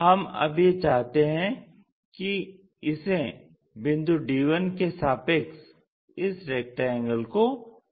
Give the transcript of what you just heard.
हम अब ये चाहते हैं कि इसे बिंदु d1 के सापेक्ष इस रेक्टेंगल को घुमा दें